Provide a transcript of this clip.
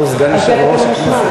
בתור סגן יושב-ראש הכנסת,